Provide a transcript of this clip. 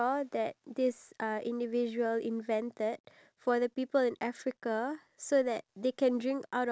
iya (uh huh) and then with clean water it can actually increase their life expectancy